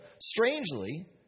strangely